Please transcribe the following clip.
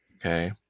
Okay